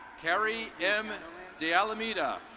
carrie yeah um and de alameda,